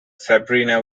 sabrina